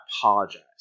apologize